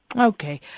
Okay